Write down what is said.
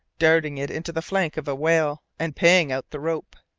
darting it into the flank of a whale, and paying out the rope.